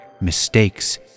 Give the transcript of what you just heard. mistakes